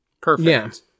perfect